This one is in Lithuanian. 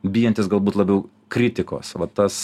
bijantys galbūt labiau kritikos va tas